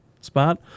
spot